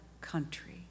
country